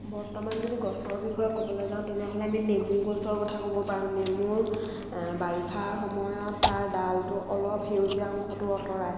বৰ্তমান যদি গছৰ বিষয়ে ক'বলৈ যাওঁ তেনেহ'লে আমি নেমু গছৰ কথা ক'ব পাৰোঁ নেমুৰ বাৰিষাৰ সময়ত তাৰ ডালটো অলপ সেউজীয়া অংশটো আঁতৰাই